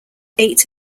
eight